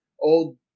old